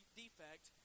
defect